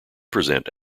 present